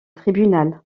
tribunal